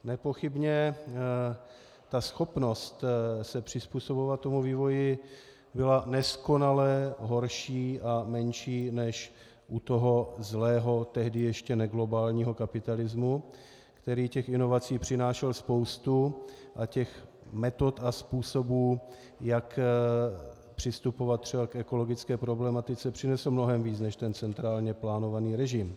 Nepochybně schopnost se přizpůsobovat vývoji byla neskonale horší a menší než u toho zlého, tehdy ještě neglobálního kapitalismu, který inovací přinášel spoustu a metod a způsobů, jak přistupovat třeba k ekologické problematice, přinesl mnohem víc než ten centrálně plánovaný režim.